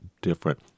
different